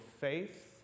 faith